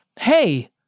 hey